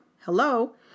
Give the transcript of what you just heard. Hello